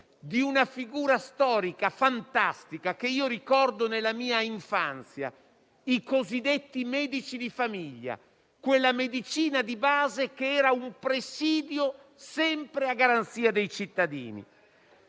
di una figura storica, fantastica, che io ricordo nella mia infanzia, i cosiddetti medici di famiglia, di quella medicina di base che era un presidio sempre a garanzia dei cittadini.